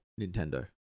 nintendo